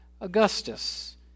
Augustus